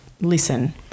listen